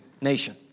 nation